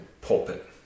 pulpit